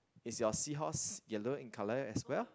is your seahorse yellow in colour as well